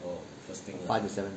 five to seven